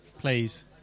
please